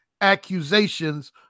accusations